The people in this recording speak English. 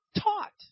taught